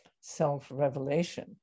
self-revelation